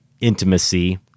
intimacy